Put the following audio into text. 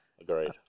agreed